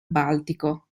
baltico